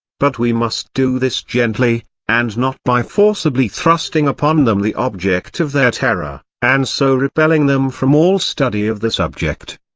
but we must do this gently, and not by forcibly thrusting upon them the object of their terror, and so repelling them from all study of the subject.